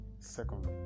Second